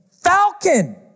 falcon